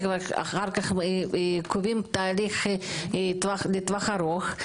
אחר כך קובעים תאריך לטווח ארוך,